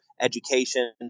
education